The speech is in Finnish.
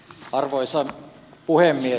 arvoisa puhemies